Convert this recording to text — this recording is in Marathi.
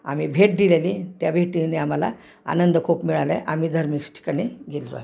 आम्ही भेट दिलेली त्या भेटीने आम्हाला आनंद खूप मिळाला आहे आम्ही धर्मिक्स ठिकाणी गेलो आ आहे